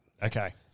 Okay